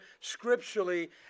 scripturally